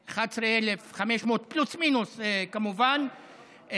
11,500, פלוס מינוס כמובן,